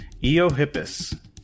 Eohippus